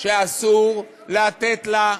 שאסור לתת לה,